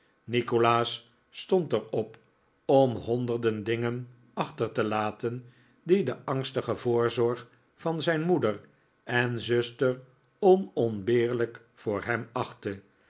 nikolaas stond er op om honderden dingen achter te laten die de angstige voorzorg van zijn moeder en zuster onontbeerlijk voor hem achtte